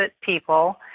people